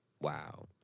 Wow